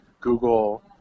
Google